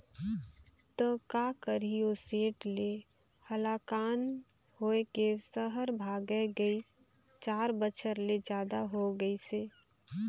त का करही ओ सेठ ले हलाकान होए के सहर भागय गइस, चार बछर ले जादा हो गइसे